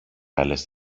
άλλες